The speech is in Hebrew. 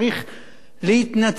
להתנצל עליהם,